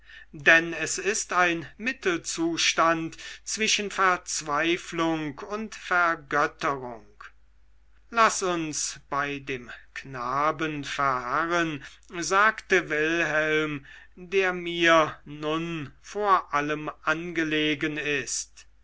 denn es ist ein mittelzustand zwischen verzweiflung und vergötterung laß uns bei dem knaben verharren sagte wilhelm der mir nun vor allem angelegen ist